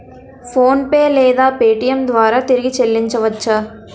PhonePe లేదా Paytm ద్వారా తిరిగి చల్లించవచ్చ?